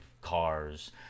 cars